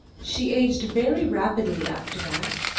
she aged very rapidly after that,